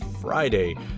Friday